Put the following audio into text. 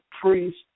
priest